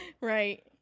Right